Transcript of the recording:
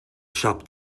siop